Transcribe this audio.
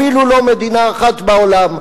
אפילו לא מדינה אחת בעולם,